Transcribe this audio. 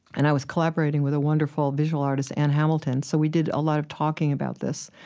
and i was collaborating with a wonderful visual artist, ann hamilton, so we did a lot of talking about this,